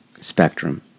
spectrum